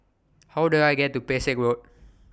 How Do I get to Pesek Road